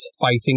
fighting